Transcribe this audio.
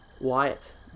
Wyatt